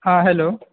हॅं हेलो